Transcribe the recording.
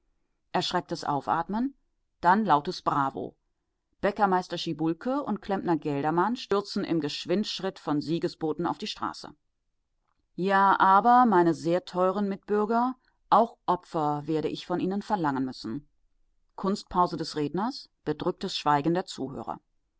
werden erschrecktes aufatmen dann lautes bravo bäckermeister schiebulke und klempner geldermann stürzen im geschwindschritt von siegesboten auf die straße ja aber meine sehr teuren mitbürger auch opfer werde ich von ihnen verlangen müssen kunstpause des redners bedrücktes schweigen der zuhörer